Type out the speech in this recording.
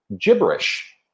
gibberish